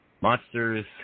monsters